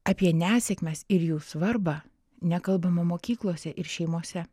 apie nesėkmes ir jų svarbą nekalbama mokyklose ir šeimose